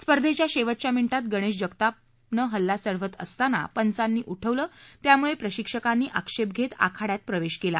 स्पर्धेच्या शेवटच्या मिनिटात गणेश जगताप हल्ला चढवत असताना पंचानी उठवलं त्यामुळे प्रशिक्षकांनी आक्षेप घेत आखाड्यात प्रवेश केला